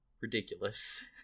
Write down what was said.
ridiculous